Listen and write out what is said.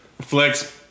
flex